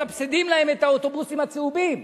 מסבסדים להם את האוטובוסים הצהובים,